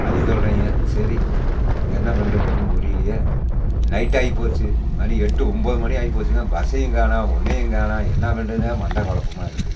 அதுவும் சொல்கிறீங்க சரி என்ன பண்ணுறது ஒன்னும் புரியலையே நைட் ஆகிப் போச்சி மணி எட்டு ஒம்பது மணி ஆகிப்போச்சின்னா பஸ்ஸையும் காணோம் ஒன்னையும் காணோம் என்ன பண்ணுறதுனே மண்டை குழப்பமா இருக்குது